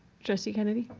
trustee kennedy?